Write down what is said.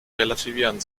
relativieren